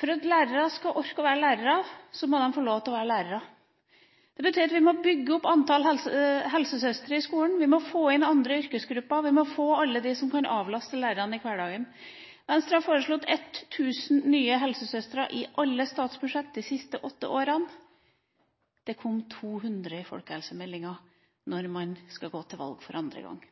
For at lærere skal orke å være lærere, må de få lov til å være lærere. Det betyr at vi må få opp antall helsesøstre i skolen. Vi må få inn andre yrkesgrupper. Vi må få inn alle dem som kan avlaste lærerne i hverdagen. Venstre har foreslått 1 000 nye helsesøstre i alle statsbudsjett de siste åtte årene. Det kom 200 i forbindelse med folkehelsemeldinga, da man skulle gå til valg for andre gangen.